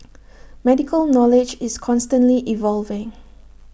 medical knowledge is constantly evolving